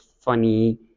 funny